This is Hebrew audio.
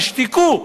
תשתקו,